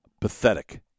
pathetic